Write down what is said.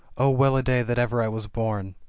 oh, well-a-day that ever i was born!